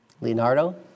Leonardo